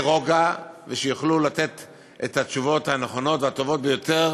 רוגע ושיוכלו לתת את התשובות הנכונות והטובות ביותר